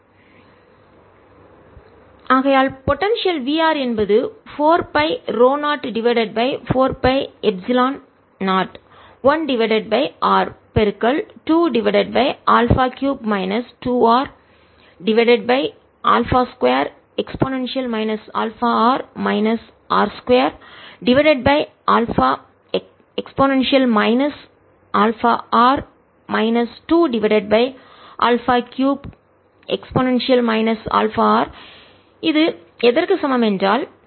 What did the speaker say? Vr14π0qr qr0R0e αr4πr2dr4π00rr2e αrdr 0rr2e αrdrd2d20re αrdrd2d21 e αr23 2r2e αr r2e αr 23e αr ஆகையால் potential v r என்பது 4 pi ρ0 divided by 4 pi epsilon 0 1 divided by R பெருக்கல் 2 divided by alpha cube minus 2 R divided by alpha 2 e α r minus r 2 divided by alpha e α r minus 2 divided by alpha cube e α r இது எதற்கு சமம் என்றால்